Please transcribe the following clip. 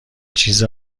چیز